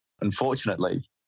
Unfortunately